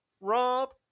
Rob